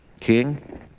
King